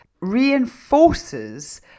reinforces